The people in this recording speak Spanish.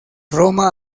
roma